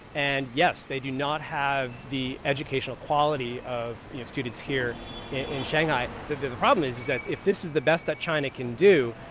and yes, they do not have the educational quality of students here in shanghai. the the problem is that if this is the best that china can do,